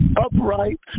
upright